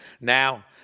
Now